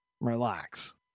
Relax